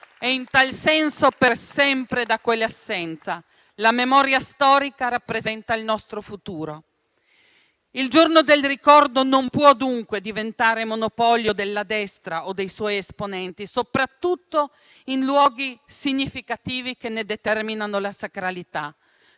e in tal senso per sempre - da quell'assenza. La memoria storica rappresenta il nostro futuro. Il Giorno del ricordo non può dunque diventare monopolio della destra o dei suoi esponenti, soprattutto in luoghi significativi che ne determinano la sacralità.